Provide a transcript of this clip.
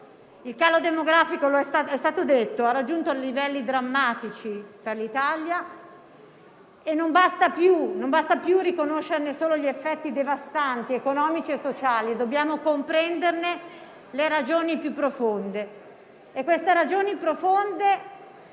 Il calo demografico - è stato detto - ha raggiunto livelli drammatici per l'Italia e non basta più riconoscerne solo gli effetti devastanti, economici e sociali; dobbiamo comprenderne le ragioni più profonde, che consistono